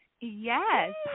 Yes